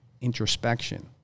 introspection